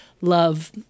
love